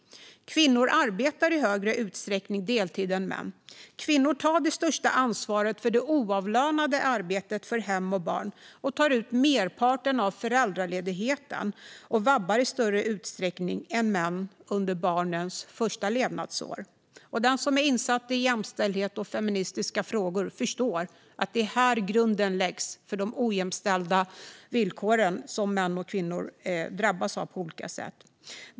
Kvinnor arbetar deltid i större utsträckning än män. Kvinnor tar det största ansvaret för det oavlönade arbetet för hem och barn. Kvinnor tar ut merparten av föräldraledigheten och vabbar i större utsträckning än män under barnens första levnadsår. Den som är insatt i jämställdhet och feministiska frågor förstår att det är här grunden läggs för de ojämställda villkor som män och kvinnor drabbas av på olika sätt.